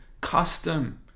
custom